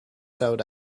sewed